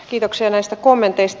kiitoksia näistä kommenteista